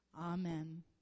Amen